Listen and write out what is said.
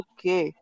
Okay